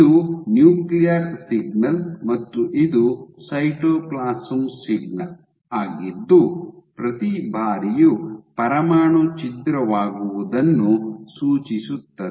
ಇದು nuclear signal ಮತ್ತು ಇದು ಸೈಟೋಪ್ಲಾಸಂ ಸಿಗ್ನಲ್ ಆಗಿದ್ದು ಪ್ರತಿ ಬಾರಿಯೂ ಪರಮಾಣು ಛಿದ್ರವಾಗುವುದನ್ನು ಸೂಚಿಸುತ್ತದೆ